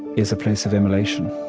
is a place of immolation